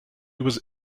was